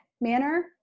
manner